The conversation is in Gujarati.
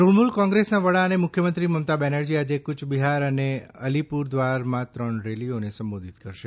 તૂણમૂલ કોંગ્રેસનાં વડા અને મુખ્યમંત્રી મમતા બેનર્જી આજે કૂચબિહાર અને અલિપુરદ્વારા ત્રણ રેલીઓ સંબોધીત કરશે